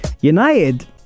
United